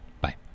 bye